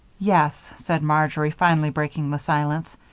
yes, said marjory, finally breaking the silence.